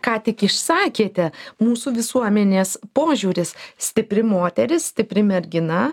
ką tik išsakėte mūsų visuomenės požiūris stipri moteris stipri mergina